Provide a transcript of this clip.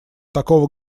такого